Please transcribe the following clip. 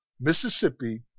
Mississippi